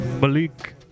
Malik